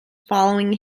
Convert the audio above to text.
following